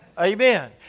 Amen